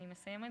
אני מסיימת.